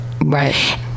Right